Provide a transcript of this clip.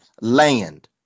land